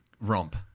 romp